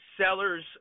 sellers